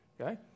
Okay